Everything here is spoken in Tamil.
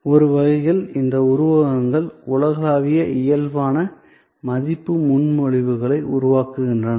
ஒரு வகையில் இந்த உருவகங்கள் உலகளாவிய இயல்பான மதிப்பு முன்மொழிவுகளை உருவாக்குகின்றன